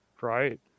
Right